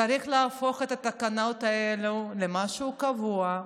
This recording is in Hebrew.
צריך להפוך את התקנות האלה למשהו קבוע,